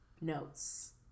notes